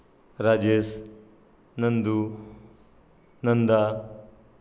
Rajesh Nandu Nanda